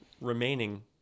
remaining